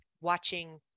watching